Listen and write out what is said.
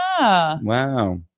Wow